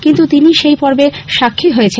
কিন্তু তিনি সেই পর্বের সাক্ষী হয়েছেন